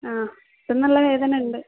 ആ ഇപ്പം നല്ല വേദന ഉണ്ട്